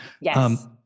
Yes